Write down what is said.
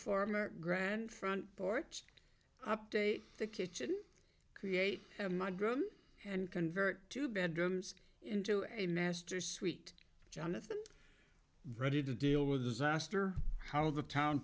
former grand front porch up to the kitchen create a mud room and convert two bedrooms into a master suite jonathan ready to deal with disaster how the town